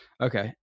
Okay